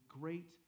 great